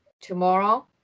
tomorrow